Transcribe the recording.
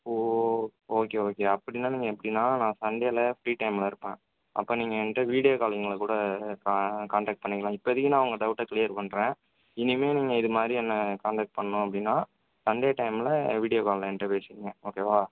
ஓ okay okay அப்படின்னா நீங்கள் எப்பின்னா நான் சண்டேவில ஃப்ரீ டைமில் இருப்பேன் அப்போ நீங்கள் எங்ககிட்ட வீடியோ காலிங்கில் கூட கா காண்டக்ட் பண்ணிக்கலாம் இப்போதிக்கு நான் உங்கள் டவுட்டை க்ளியர் பண்ணுறேன் இனிமே நீங்கள் இதுமாதிரி என்ன காண்டக்ட் பண்ணனும் அப்படின்னா சண்டே டைமில் வீடியோ காலில் என்கிட்ட பேசிக்கிங்க ஓகேவா